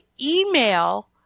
email